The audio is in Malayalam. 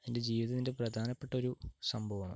എൻ്റെ ജീവിതത്തിൻ്റെ പ്രധാനപ്പെട്ട ഒരു സംഭവമാണ്